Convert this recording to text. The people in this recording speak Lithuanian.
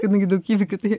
kadangi daug įvykių tai